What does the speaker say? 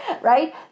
right